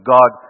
God